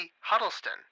Huddleston